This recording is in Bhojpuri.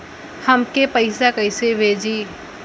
हमके पैसा कइसे भेजी?